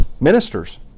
ministers